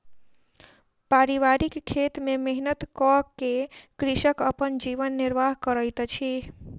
पारिवारिक खेत में मेहनत कअ के कृषक अपन जीवन निर्वाह करैत अछि